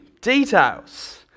details